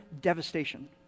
devastation